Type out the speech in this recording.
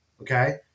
okay